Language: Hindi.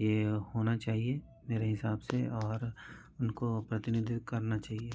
यह होना चाहिए यह मेरे हिसाब से और उनको प्रतिनिधितव करना चाहिए